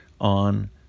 on